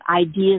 ideas